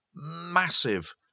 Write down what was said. massive